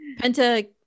Penta